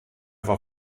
war